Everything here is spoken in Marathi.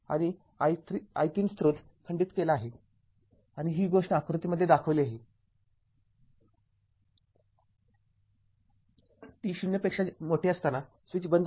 आणि i३ स्रोत खंडित केला आहे आणि ही गोष्ट आकृतीमध्ये दाखविली आहे t0 साठी स्विच बंद आहे